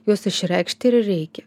juos išreikšti ir reikia